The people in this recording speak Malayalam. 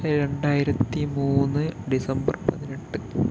രണ്ടായിരത്തി മൂന്ന് ഡിസംബർ പതിനെട്ട്